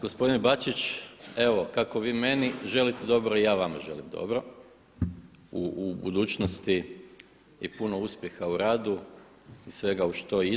Gospodine Bačić, evo kako vi meni želite dobro i ja vama želim dobro u budućnosti i puno uspjeha u radu i svega uz što ide.